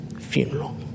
funeral